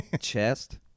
chest